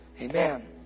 amen